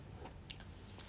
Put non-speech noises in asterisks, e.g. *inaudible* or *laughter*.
*noise*